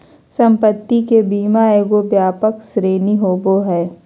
संपत्ति के बीमा एगो व्यापक श्रेणी होबो हइ